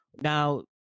Now